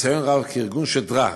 ניסיון רב כארגון שדרה,